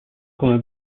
come